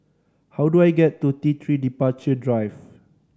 how do I get to T Three Departure Drive